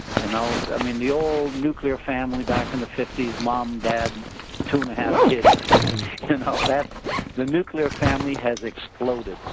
you know ah mean the old nuclear family back in the fifty s, mom, dad two and a half kids you know that's the nuclear family has exploded,